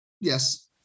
Yes